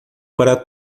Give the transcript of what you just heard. para